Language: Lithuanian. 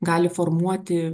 gali formuoti